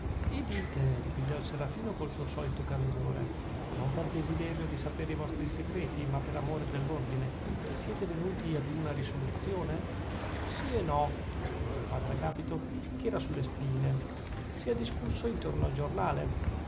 e dite ripigliò il serafino col suo solito candore non per desiderio di sapere i vostri segreti ma per amore dell'ordine siete venuti ad una risoluzione sì e no rispose il padre agapito che era sulle spine si è discusso intorno al giornale